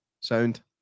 Sound